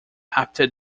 after